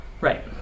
Right